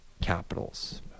Capitals